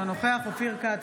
אינו נוכח אופיר כץ,